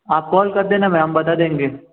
आप कॉल कर देना में हम बता देंगे